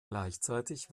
gleichzeitig